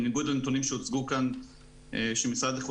בניגוד לנתונים שהוצגו כאן לפיהם המשרד להגנת